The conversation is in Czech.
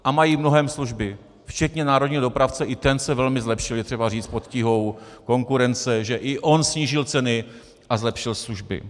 A mají mnohem služby, včetně národního dopravce, i ten se velmi zlepšil, je třeba říct, pod tíhou konkurence, že i on snížil ceny a zlepšil služby.